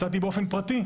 מצאתי באופן פרטי.